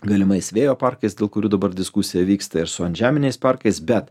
galimais vėjo parkais dėl kurių dabar diskusija vyksta ir su antžeminiais parkais bet